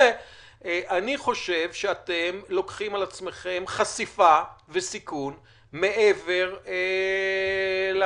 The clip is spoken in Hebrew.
- אני חושב שאתם לוקחים על עצמכם חשיפה וסיכון מעבר לסביר.